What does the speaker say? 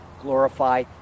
glorify